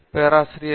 பேராசிரியர் வி